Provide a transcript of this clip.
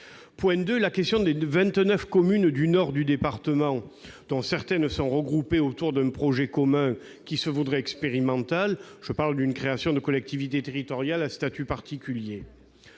point, la question des vingt-neuf communes du nord du département, dont certaines sont regroupées autour d'un projet commun qui se voudrait expérimental ; je parle de la création d'une collectivité territoriale à statut particulier.